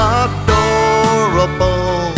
adorable